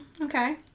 Okay